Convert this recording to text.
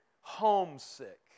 homesick